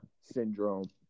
syndrome